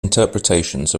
interpretations